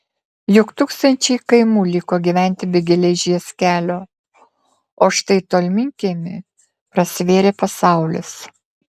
juk tūkstančiai kaimų liko gyventi be geležies kelio o štai tolminkiemiui prasivėrė pasaulis